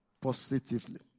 positively